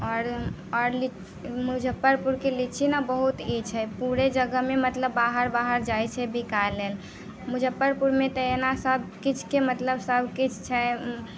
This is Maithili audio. आओर आओर मुजफ्फरपुरके लीची ने बहुत ई छै पूरे जगहमे मतलब बाहर बाहर जाइ छै बिकाइ लेल मुजफ्फरपुरमे तऽ एना सबकिछुके मतलब सबकिछु छै